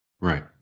Right